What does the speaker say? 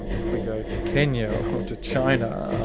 and if we go to kenya or to china